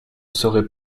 serait